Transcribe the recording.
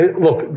look